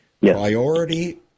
priority